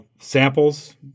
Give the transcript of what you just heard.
Samples